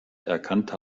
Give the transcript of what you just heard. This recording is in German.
erkannte